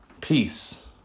peace